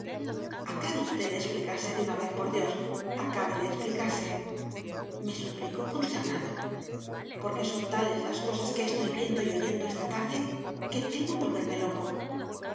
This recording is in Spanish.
acabe usted de explicarse de una vez por dios acabe de explicarse me suplicó consternado porque son tales las cosas que estoy viendo y oyendo esta tarde que temo volverme loco